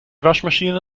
waschmaschine